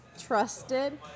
trusted